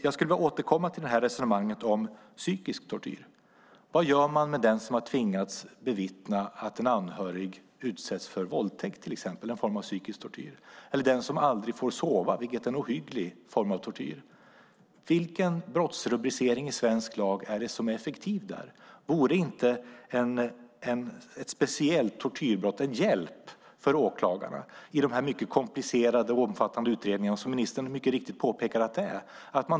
Jag skulle vilja återkomma till resonemanget om psykisk tortyr. Vad gör man med den som har tvingats bevittna att en anhörig utsätts för våldtäkt till exempel, en form av psykisk tortyr, eller den som aldrig får sova, vilket är en ohygglig form av tortyr? Vilken brottsrubricering i svensk lag är det som är effektiv där? Vore inte ett speciellt tortyrbrott en hjälp för åklagarna i de här mycket komplicerade och omfattande utredningarna som ministern mycket riktigt påpekade att det är.